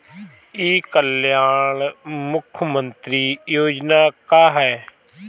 ई कल्याण मुख्य्मंत्री योजना का है?